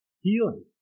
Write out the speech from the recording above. healing